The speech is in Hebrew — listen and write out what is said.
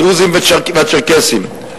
הדרוזים והצ'רקסים.